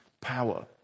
power